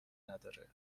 نداره